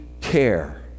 care